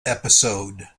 episode